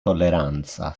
tolleranza